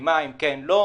ממים כן או לא,